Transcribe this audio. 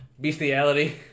bestiality